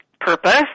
purpose